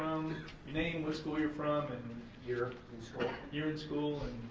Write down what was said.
name, what school you're from and year in school. year in school and